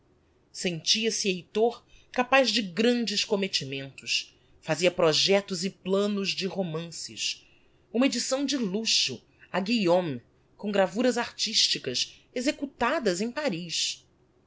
sentia-se heitor capaz de grandes commettimentos fazia projectos e planos de romances uma edição de luxo á guillaume com gravuras artisticas executadas em paris